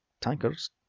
tankers